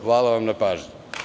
Hvala vam na pažnji.